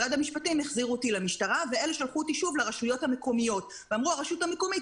מסוימים ולסגור אחרות שמוכרות את אותן מוצרים.